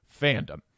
fandom